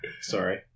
Sorry